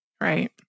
Right